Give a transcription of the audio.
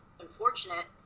unfortunate